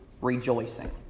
rejoicing